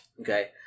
Okay